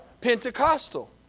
Pentecostal